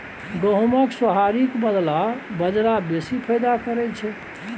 गहुमक सोहारीक बदला बजरा बेसी फायदा करय छै